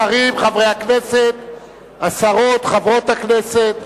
השרים, חברי הכנסת, השרות, חברות הכנסת,